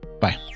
Bye